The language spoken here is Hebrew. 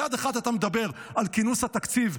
ביד אחת אתה מדבר על כינוס התקציב,